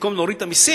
במקום להוריד את המסים,